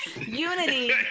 unity